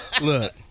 Look